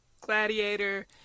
gladiator